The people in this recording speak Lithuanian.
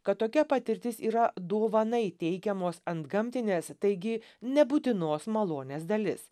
kad tokia patirtis yra dovanai teikiamos antgamtinės taigi nebūtinos malonės dalis